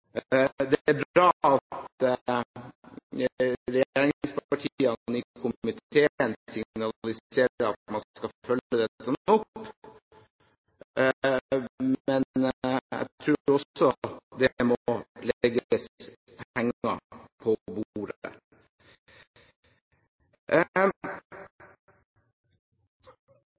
Det er bra at regjeringspartiene i komiteen signaliserer at man skal følge dette opp, men jeg tror også at det må legges penger på bordet.